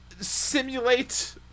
Simulate